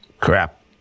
crap